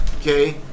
Okay